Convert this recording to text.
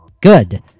good